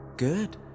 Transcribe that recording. Good